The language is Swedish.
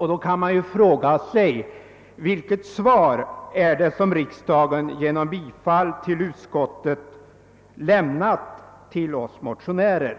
Man kan då fråga sig, vilket svar riksdagen genom bifall till utskottets förslag lämnar till oss motionärer.